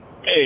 Hey